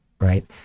right